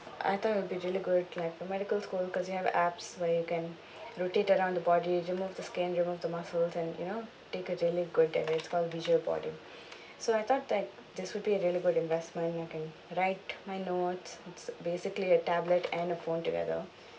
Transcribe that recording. I thought it would be really good like for medical school because you have apps where you can rotate around the body remove the skin remove the muscles and you know take a really good and respawn visual body so I thought that this would be a really good investment I can write my notes it's basically a tablet and a phone together